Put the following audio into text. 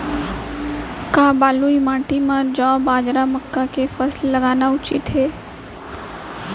का बलुई माटी म जौ, बाजरा, मक्का के फसल लगाना उचित हे?